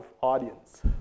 audience